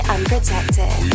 Unprotected